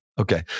Okay